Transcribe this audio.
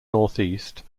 northeast